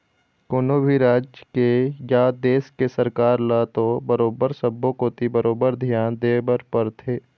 कोनो भी राज के या देश के सरकार ल तो बरोबर सब्बो कोती बरोबर धियान देय बर परथे